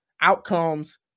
outcomes